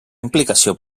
implicació